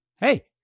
hey